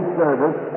service